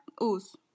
use